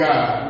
God